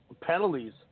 Penalties